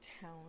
town